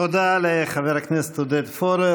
תודה לחבר הכנסת עודד פורר.